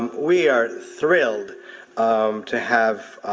um we are thrilled um to have